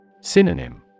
Synonym